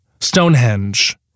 Stonehenge